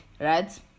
right